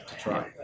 try